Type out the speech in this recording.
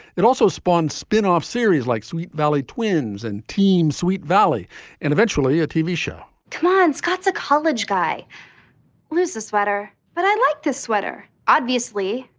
it also spawned spinoff series like sweet valley twins and team sweet valley and eventually a tv show scott's a college guy loses sweater. but i like this sweater, obviously.